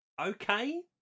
okay